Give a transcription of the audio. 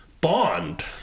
Bond